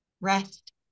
rest